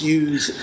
use